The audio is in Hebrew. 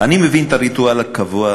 אני מבין את הריטואל הקבוע,